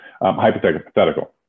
hypothetical